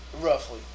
Roughly